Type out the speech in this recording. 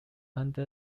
under